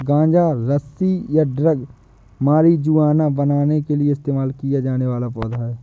गांजा रस्सी या ड्रग मारिजुआना बनाने के लिए इस्तेमाल किया जाने वाला पौधा है